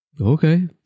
Okay